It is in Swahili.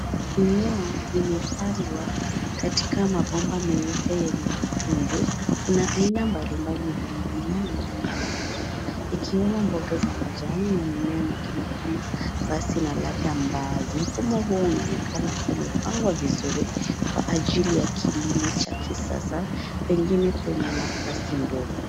Mimea imepandwa katika mabomba meupe yenye matundu. Kuna aina mbalimbali za mimea inayoonekana ikiwemo mboga za majani na mimea mingine kama basi na labda mbaazi. Mfumo huu unaonekana kuwa umepangwa vizuri kwa ajili ya kilimo cha kisasa pengine kwenye nafasi ndogo.